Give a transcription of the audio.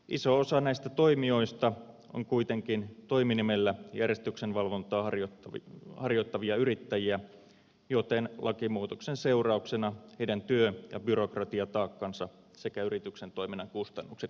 iso osa näistä toimijoista on kuitenkin toiminimellä järjestyksenvalvontaa harjoittavia yrittäjiä joten lakimuutoksen seurauksena heidän työ ja byrokratiataakkansa sekä yrityksen toiminnan kustannukset lisääntyisivät